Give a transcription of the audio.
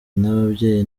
n’ababyeyi